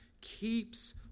keeps